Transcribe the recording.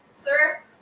Sir